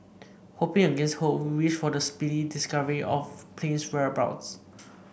hoping against hope we wish for the speedy discovery of plane's whereabouts